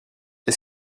est